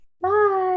Bye